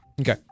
Okay